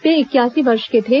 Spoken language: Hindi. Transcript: वे इक्यासी वर्ष के थे